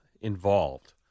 involved